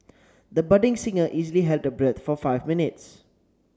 the budding singer easily held her breath for five minutes